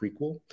prequel